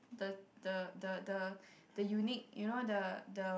the the the the the unique you know the the